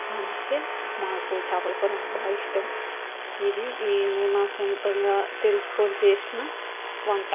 అందుకే మాకు చేపలకూర అంటే బాగా ఇష్టం ఇది నేను నా సొంతంగా తెలుసుకుని చేసిన వంట